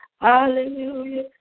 Hallelujah